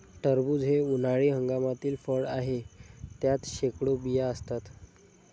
टरबूज हे उन्हाळी हंगामातील फळ आहे, त्यात शेकडो बिया असतात